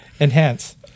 Enhance